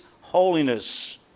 holiness